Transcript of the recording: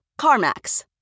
CarMax